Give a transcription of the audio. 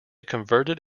converted